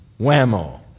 Whammo